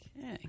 Okay